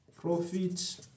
Profit